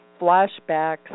flashbacks